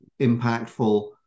impactful